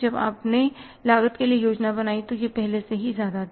जब आपने लागत के लिए योजना बनाई तो यह पहले ही ज्यादा था